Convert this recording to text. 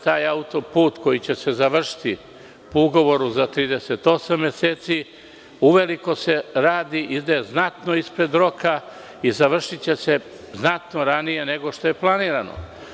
Taj auto-put koji će se završiti po ugovoru za 38 meseci uveliko se radi, ide znatno ispred roka i završiće se znatno ranije nego što je planirano.